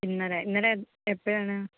ഇന്നലെ ഇന്നലെ എപ് എപ്പോഴാണ്